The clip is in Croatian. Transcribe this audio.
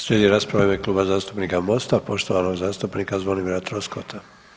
Slijedi rasprava u ime Kluba zastupnika Mosta poštovanog zastupnika Zvonimira Troskota.